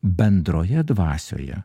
bendroje dvasioje